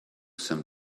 some